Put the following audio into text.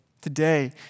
Today